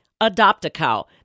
Adopt-A-Cow